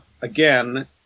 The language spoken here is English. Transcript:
again